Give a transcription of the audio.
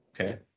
okay